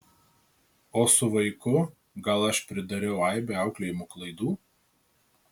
o su vaiku gal aš pridariau aibę auklėjimo klaidų